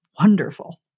wonderful